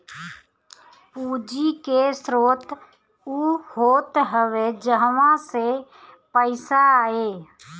पूंजी के स्रोत उ होत हवे जहवा से पईसा आए